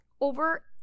over